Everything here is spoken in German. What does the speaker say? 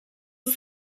ist